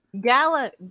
Gala